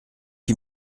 qui